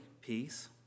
peace